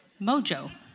Mojo